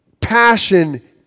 passion